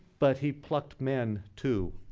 but he plucked men, too.